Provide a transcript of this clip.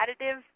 additive